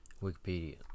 Wikipedia